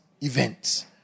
events